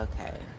Okay